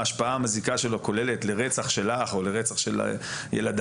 ההשפעה המזיקה שלו כוללת לרצח של אח או לרצח של ילדייך,